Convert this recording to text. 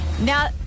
Now